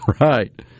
right